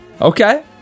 Okay